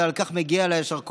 ועל כך מגיע לה יישר כוח,